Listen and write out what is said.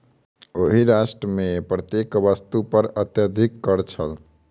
ओहि राष्ट्र मे प्रत्येक वस्तु पर अत्यधिक कर छल